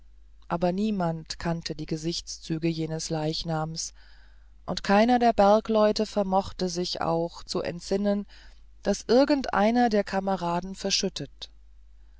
aber niemand kannte die gesichtszüge des leichnams und keiner der bergleute vermochte sich auch zu entsinnen daß irgendeiner der kameraden verschüttet